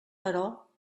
però